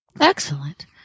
Excellent